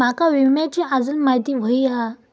माका विम्याची आजून माहिती व्हयी हा?